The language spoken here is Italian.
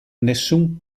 nessun